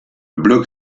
bloc